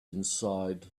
inside